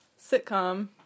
sitcom